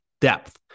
Depth